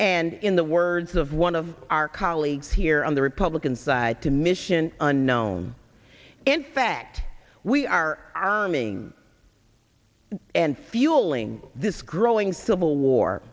and in the words of one of our colleagues here on the republican side to mission unknown in fact we are arming and fueling this growing civil war